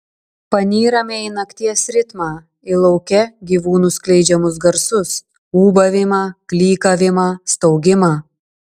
panyrame į nakties ritmą į lauke gyvūnų skleidžiamus garsus ūbavimą klykavimą staugimą